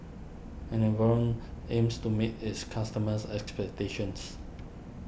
Enervon aims to meet its customers' expectations